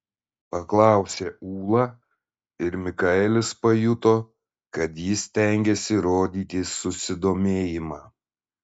paklausė ūla ir mikaelis pajuto kad ji stengiasi rodyti susidomėjimą